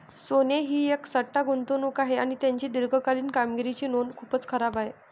सोने ही एक सट्टा गुंतवणूक आहे आणि त्याची दीर्घकालीन कामगिरीची नोंद खूपच खराब आहे